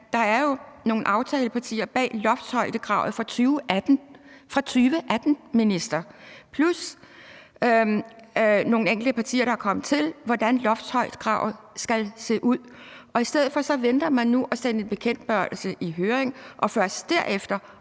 der jo er nogle aftalepartier bag loftshøjdekravet fra 2018 – fra 2018, minister! – plus nogle enkelte partier, der er kommet til, altså i forhold til hvordan loftshøjdekravet skal se ud. Og i stedet for venter man nu ved at sende en bekendtgørelse i høring og først derefter